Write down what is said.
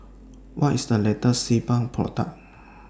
What IS The latest Sebamed Product